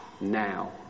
now